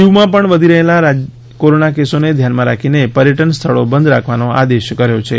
દીવમાં પણ વધી રહેલા કોરોનાના કેસોને ધ્યાનમાં રાખીને પર્યટન સ્થળો બંધ રાખવાનો આદેશ કર્યો છે